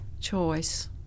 Choice